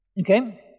Okay